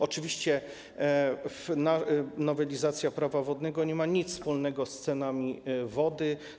Oczywiście nowelizacja Prawa wodnego nie ma nic wspólnego z cenami wody.